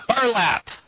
burlap